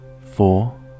four